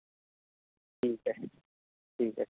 ٹھیک ہے ٹھیک ہے